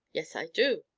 yes, i do.